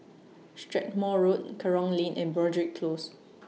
Strathmore Road Kerong Lane and Broadrick Close